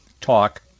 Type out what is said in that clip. talk